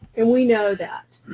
and we know that.